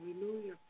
Hallelujah